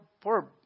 poor